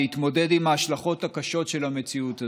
להתמודד עם ההשלכות הקשות של המציאות הזאת,